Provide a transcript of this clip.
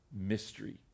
mystery